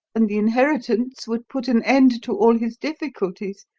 and the inheritance would put an end to all his difficulties.